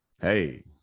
Hey